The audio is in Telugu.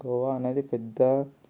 గోవా అనేది పెద్ద